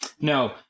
No